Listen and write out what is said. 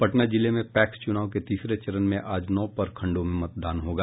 पटना जिले में पैक्स चुनाव के तीसरे चरण में आज नौ प्रखंडों में मतदान होगा